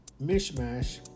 mishmash